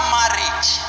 marriage